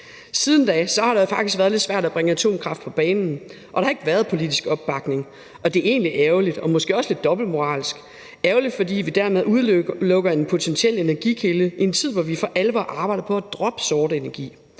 Siden da har det faktisk været lidt svært at bringe atomkraft på banen, og der har ikke været politisk opbakning, og det er egentlig ærgerligt og måske også lidt dobbeltmoralsk. Det er ærgerligt, fordi vi dermed udelukker en potentiel energikilde i en tid, hvor vi for alvor arbejder på at droppe sort energi,